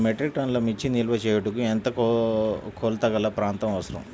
పది మెట్రిక్ టన్నుల మిర్చి నిల్వ చేయుటకు ఎంత కోలతగల ప్రాంతం అవసరం?